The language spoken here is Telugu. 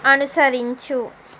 అనుసరించు